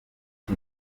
iki